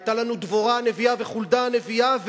היו לנו דבורה הנביאה וחולדה הנביאה,